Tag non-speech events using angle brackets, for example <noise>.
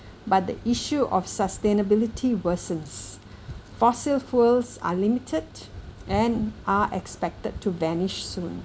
but the issue of sustainability worsens <breath> fossil fuels are limited and are expected to vanish soon